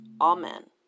Amen